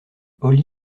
holly